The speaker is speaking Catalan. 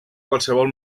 qualsevol